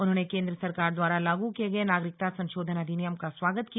उन्होंने केंद्र सरकार द्वारा लागू किये गए नागरिकता संशोधन अधिनियम का स्वागत किया